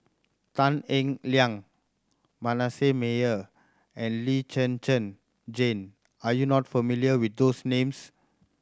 Tan Eng Liang Manasseh Meyer and Lee Zhen Zhen Jane are you not familiar with those names